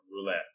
roulette